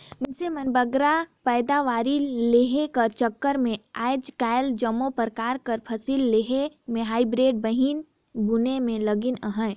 मइनसे मन बगरा पएदावारी लेहे कर चक्कर में आएज काएल जम्मो परकार कर फसिल लेहे में हाईब्रिड बीहन बुने में लगिन अहें